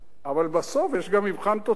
אבל בסוף יש גם מבחן תוצאה,